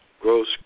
gross